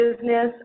business